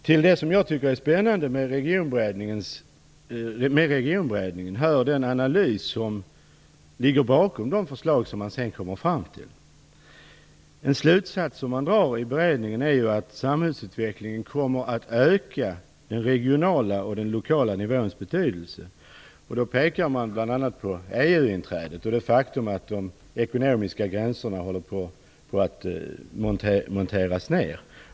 Till det som jag tycker är spännande med Regionberedningen hör den analys som ligger bakom de förslag som man sedan har kommit fram till. En slutsats som man drar i beredningen är att samhällsutvecklingen kommer att öka den regionala och lokala nivåns betydelse. Då pekar man bl.a. på EU-inträdet och det faktum att de ekonomiska gränserna håller på att monteras ner.